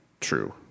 true